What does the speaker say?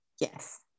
Yes